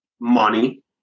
Money